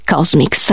Cosmic